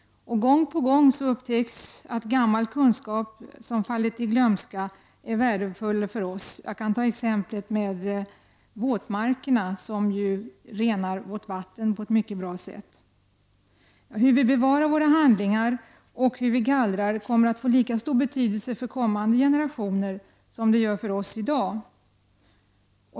Gång på gång upptäcks att gammal kunskap som fallit i glömska är värdefull för oss. Jag kan ta exemplet med våtmarkerna, som renar vårt vatten på ett mycket bra sätt. Hur vi bevarar våra handlingar och hur vi gallrar kommer att få lika stor betydelse för kommande generationer som det har för oss i dag.